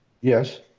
Yes